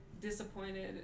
disappointed